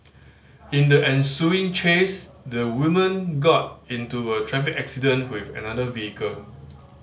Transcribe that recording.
in the ensuing chase the woman got into a traffic accident with another vehicle